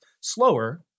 slower